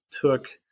took